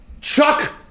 Chuck